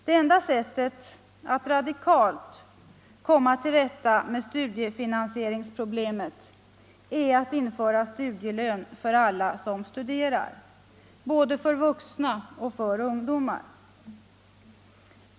Det enda sättet att radikalt komma till rätta med studiefinansieringsproblemet är att införa studielön för alla som studerar, både för vuxna och för ungdomar.